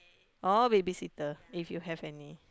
or baby sitter if you have any